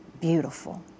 beautiful